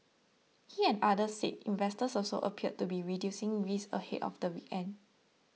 he and others said investors also appeared to be reducing risk ahead of the weekend